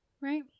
Right